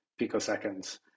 picoseconds